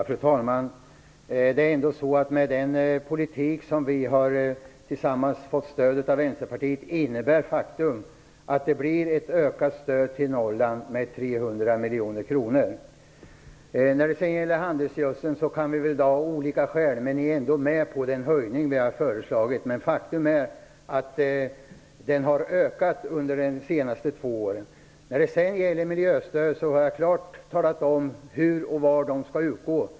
Fru talman! Den politik som vi tillsammans har fått stöd av Vänsterpartiet för innebär att det blir ett ökat stöd till Norrland med 300 miljoner kronor. Vi kan ha olika skäl för handelsgödselavgiften, men ni är ändå med på den höjning vi har föreslagit. Faktum är att användningen har ökat under de senaste två åren. När det gäller miljöstöd har jag klart talat om hur och var det skall utgå.